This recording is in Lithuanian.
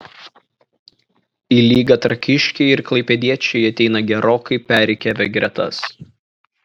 į lygą trakiškiai ir klaipėdiečiai ateina gerokai perrikiavę gretas